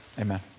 amen